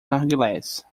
narguilés